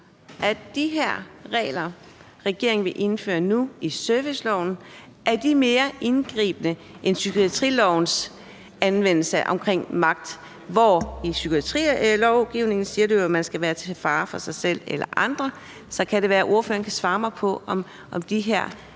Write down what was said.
om de her regler, regeringen nu vil indføre i serviceloven, er mere indgribende end psykiatrilovens regler om anvendelse af magt, for i psykiatrilovgivningen hedder det jo, at man skal være til fare for sig selv eller andre. Det kan være, ordføreren kan svare mig på, om de her regler